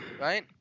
Right